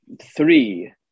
Three